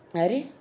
யாரு:yaaru